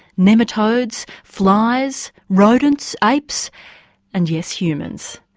nematodes, flies, rodents, apes and yes, humans.